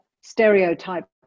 stereotype